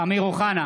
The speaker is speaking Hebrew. אמיר אוחנה,